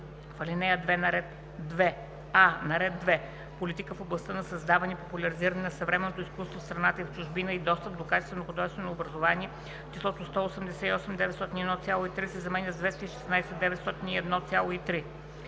В ал. 2: а) на ред 2. Политика в областта на създаване и популяризиране на съвременно изкуство в страната и в чужбина и достъп до качествено художествено образование числото „188 901,3“ се заменя с „216 901,3“.